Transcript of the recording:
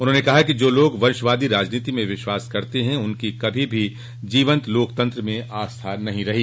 उन्होंने कहा कि जो लोग वंशवादी राजनीति में विश्वास करते हैं उनकी कभी भी जीवंत लोकतंत्र में आस्था नहीं रही